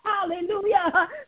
Hallelujah